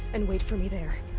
and wait for me there.